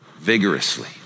vigorously